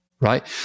right